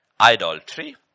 idolatry